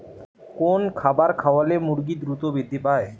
কোন খাবার খাওয়ালে মুরগি দ্রুত বৃদ্ধি পায়?